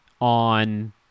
on